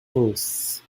truth